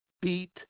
beat